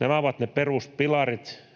Nämä ovat ne peruspilarit,